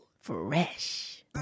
Fresh